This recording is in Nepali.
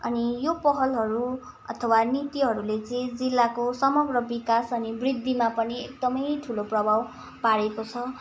अनि यो पहलहरू अथवा नीतिहरूले चाहिँ जिल्लाको समग्र विकास अनि वृद्धिमा पनि एकदमै ठुलो प्रभाव पारेको छ